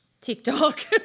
TikTok